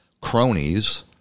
cronies